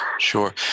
sure